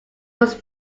was